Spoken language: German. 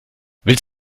willst